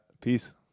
Peace